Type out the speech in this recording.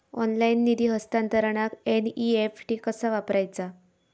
Online निधी हस्तांतरणाक NEFT कसा वापरायचा?